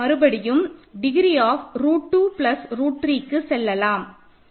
மறுபடியும் degree of root 2 plus root 3க்கு செல்லலாம்